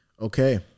Okay